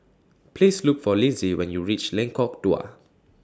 Please Look For Lynsey when YOU REACH Lengkok Dua